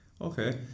okay